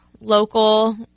local